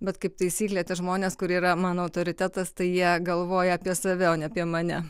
bet kaip taisyklė tie žmonės kur yra mano autoritetas tai jie galvoja apie save o ne apie mane